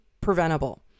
preventable